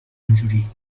اونجوری